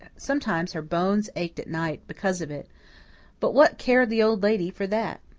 sometimes her bones ached at night because of it but what cared the old lady for that?